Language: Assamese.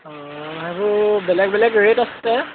অঁ আৰু বেলেগ বেলেগ ৰেট আছে